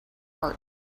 art